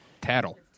Tattle